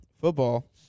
Football